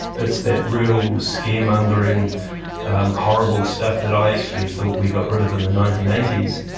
it's that real scaremongering horrible stuff that i actually thought we got rid of in the nineteen eighty s.